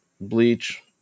bleach